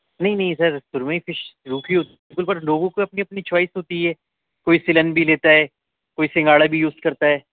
نہیں نہیں سر سرمئی فش روکھی ہوتی پر لوگوں کی اپنی اپنی چوائس ہوتی ہے کوئی سیلن بھی لیتا ہے کوئی سنگاڑا بھی یوز کرتا ہے